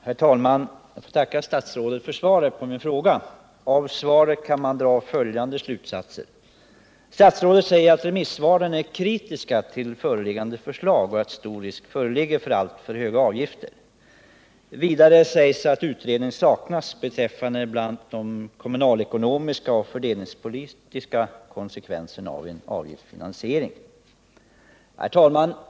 Herr talman! Jag får tacka statsrådet för svaret på min fråga. Av svaret kan man dra följande slutsatser. Remissinstanserna är kritiska till föreliggande förslag, och stor risk föreligger för alltför höga avgifter. Statsrådet säger vidare att utredning saknas beträffande bl.a. de kommunalekonomiska och fördelningspolitiska konse 17 kvenserna av en avgiftsfinansiering.